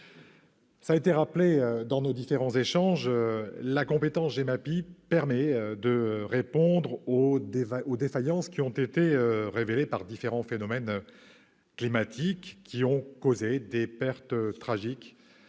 a été rappelé au cours de nos différents échanges : la compétence GEMAPI permet de répondre aux défaillances révélées par différents phénomènes climatiques qui ont causé des pertes humaines